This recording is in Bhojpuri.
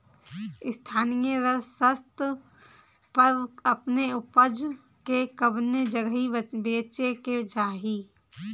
स्थानीय स्तर पर अपने ऊपज के कवने जगही बेचे के चाही?